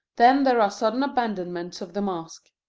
then there are sudden abandonments of the mask.